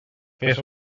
fes